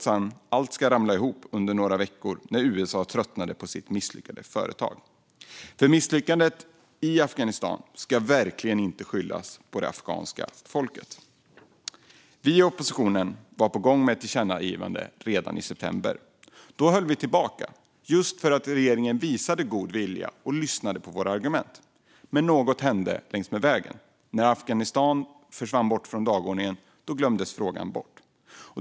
Sedan ramlade allt ihop på några veckor när USA tröttnade på sitt misslyckade företag. För misslyckandet i Afghanistan ska verkligen inte skyllas på det afghanska folket. Vi i oppositionen var på gång med ett tillkännagivande redan i september. Då höll vi tillbaka just för att regeringen visade god vilja och lyssnade på våra argument. Men något hände längs med vägen. När Afghanistan försvann bort från dagordningen glömdes frågan bort.